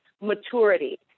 maturity